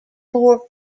fork